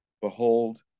Behold